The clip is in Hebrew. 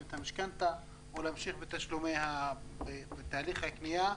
את המשכנתא או להמשיך בתהליך הקנייה,